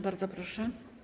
Bardzo proszę.